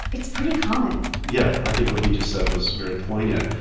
it's pretty common yeah. i think what he just said was very poignant.